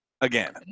again